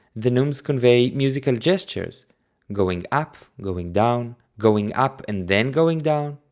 the neumes convey musical gestures going up, going down, going up and then going down,